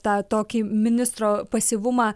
tą tokį ministro pasyvumą